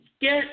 get